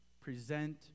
present